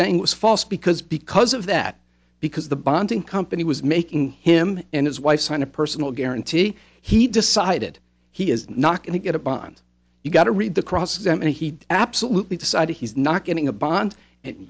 saying was false because because of that because the bonding company was making him and his wife signed a personal guarantee he decided he is not going to get a bond you got to read the cross examined he absolutely decided he's not getting a bond and